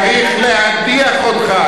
צריך להדיח אותך,